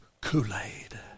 Kool-Aid